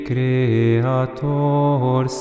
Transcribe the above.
Creator